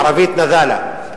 בערבית "נד'אלה".